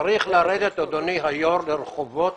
צריך לרדת, אדוני היושב ראש, לרחובות